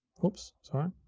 whoops, sorry,